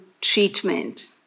treatment